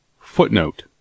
Footnote